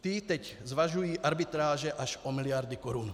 Ty teď zvažují arbitráže až o miliardy korun.